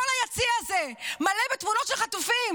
כל היציע הזה מלא בתמונות של חטופים,